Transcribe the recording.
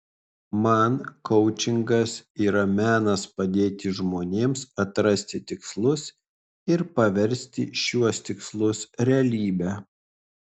man koučingas yra menas padėti žmonėms atrasti tikslus ir paversti šiuos tikslus realybe